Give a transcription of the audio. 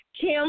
Kim